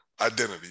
identity